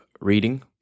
reading